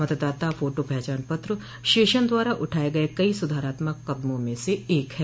मतदाता फोटो पहचान पत्र शेषन द्वारा उठाये गए कई सुधारात्मक कदमों में से एक है